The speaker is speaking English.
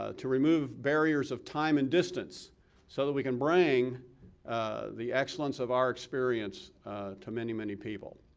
ah to remove barriers of time and distance so that we can bring the excellence of our experience to many, many people.